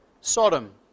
Sodom